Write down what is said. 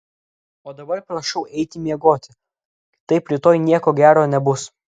o dabar prašau eiti miegoti kitaip rytoj nieko gero nebus